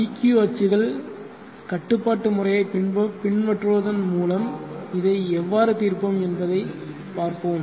dq அச்சுகள் கட்டுப்பாட்டு முறையை பின்பற்றுவதன் மூலம் இதை எவ்வாறு தீர்ப்போம் என்பதை பார்ப்போம்